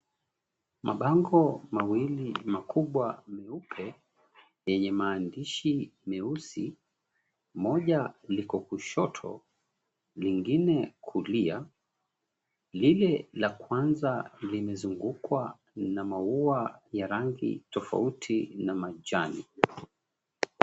Mabango mawili, makubwa, meupe, yenye maandishi meusi. Moja liko kushoto, lingine kulia. Lile la kwanza limezungukwa na maua ya rangi tofauti na majani.